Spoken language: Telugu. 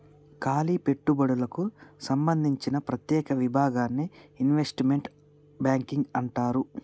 కాలి పెట్టుబడులకు సంబందించిన ప్రత్యేక విభాగాన్ని ఇన్వెస్ట్మెంట్ బ్యాంకింగ్ అంటారు